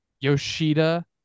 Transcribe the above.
Yoshida